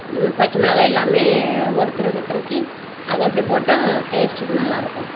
பச்சை மொளகாய் எல்லாமே ஒரு திருகு திருக்கி அதை அப்படி போட்டால் டேஸ்ட்டு நல்லா இருக்கும்